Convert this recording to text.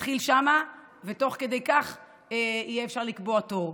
שתתחיל שם, ותוך כדי כך יהיה אפשר לקבוע תור.